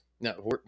No